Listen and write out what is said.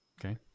Okay